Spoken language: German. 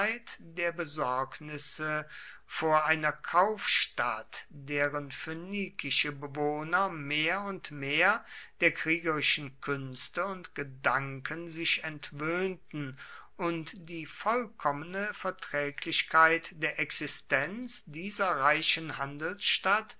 der besorgnisse vor einer kaufstadt deren phönikische bewohner mehr und mehr der kriegerischen künste und gedanken sich entwöhnten und die vollkommene verträglichkeit der existenz dieser reichen handelsstadt